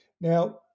Now